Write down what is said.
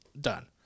Done